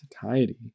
satiety